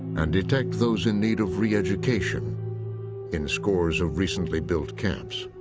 and detect those in need of re-education in scores of recently built camps.